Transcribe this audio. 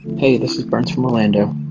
hey. this is brent from orlando.